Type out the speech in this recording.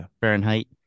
Fahrenheit